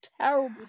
terrible